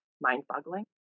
mind-boggling